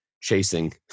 chasing